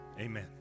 amen